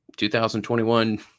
2021